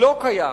לא קיים